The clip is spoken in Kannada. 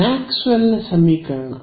ವಿದ್ಯಾರ್ಥಿ ಮ್ಯಾಕ್ಸ್ವೆಲ್ನ ಸಮೀಕರಣ